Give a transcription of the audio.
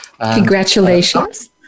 congratulations